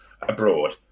abroad